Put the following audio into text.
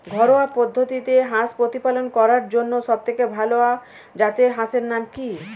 ঘরোয়া পদ্ধতিতে হাঁস প্রতিপালন করার জন্য সবথেকে ভাল জাতের হাঁসের নাম কি?